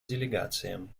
делегациям